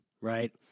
right